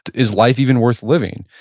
is life even worth living?